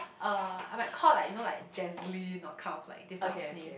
uh I might call like you know like Jazeline or kind of like this type of name